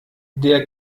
der